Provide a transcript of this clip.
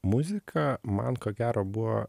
muzika man ko gero buvo